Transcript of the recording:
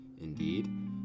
Indeed